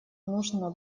нужно